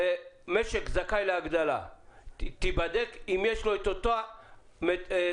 אני באמת חושבת שאנחנו צריכים גם לדון לגבי אותם זוגות